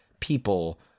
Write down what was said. people